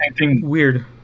weird